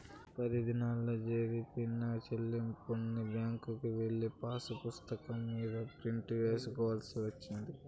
పది దినాల్లో జరిపిన సెల్లింపుల్ని బ్యాంకుకెళ్ళి పాసుపుస్తకం మీద ప్రింట్ సేసుకోవాల్సి వచ్చేది